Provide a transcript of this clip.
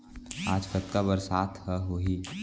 आज कतका बरसात ह होही?